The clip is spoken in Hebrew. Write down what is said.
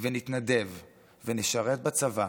ונתנדב ונשרת בצבא